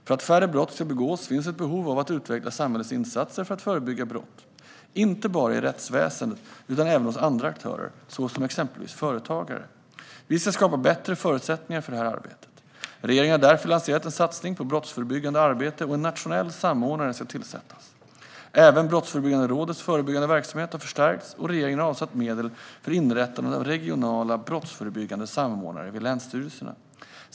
För att färre brott ska begås finns det ett behov av att utveckla samhällets insatser för att förebygga brott, inte bara i rättsväsendet utan även hos andra aktörer, exempelvis företagare. Vi ska skapa bättre förutsättningar för det här arbetet. Regeringen har därför lanserat en satsning på brottsförebyggande arbete, och en nationell samordnare ska tillsättas. Även Brottsförebyggande rådets förebyggande verksamhet har förstärkts, och regeringen har avsatt medel för inrättandet av regionala brottsförebyggande samordnare vid länsstyrelserna.